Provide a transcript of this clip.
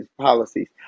policies